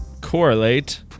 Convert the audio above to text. correlate